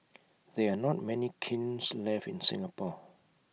there are not many kilns left in Singapore